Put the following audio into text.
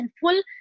full